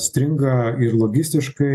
stringa ir logistiškai